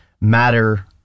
matter